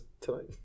tonight